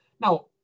Now